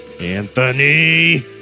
Anthony